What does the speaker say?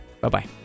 Bye-bye